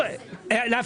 להפסיק.